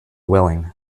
willing